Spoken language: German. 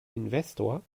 investor